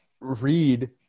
read